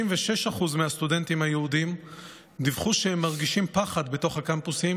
56% מהסטודנטים היהודים דיווחו שהם מרגישים פחד בתוך הקמפוסים,